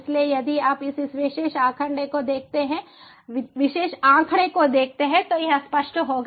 इसलिए यदि आप इस विशेष आंकड़े को देखते हैं तो यह स्पष्ट होगा